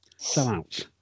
sellouts